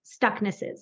stucknesses